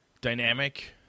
dynamic